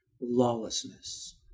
lawlessness